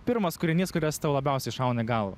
pirmas kūrinys kuris tau labiausiai šauna į galvą